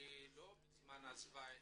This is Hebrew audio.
היא לא מזמן עזבה את